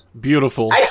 Beautiful